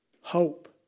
Hope